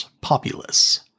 populace